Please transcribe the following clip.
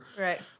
Right